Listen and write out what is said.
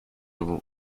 when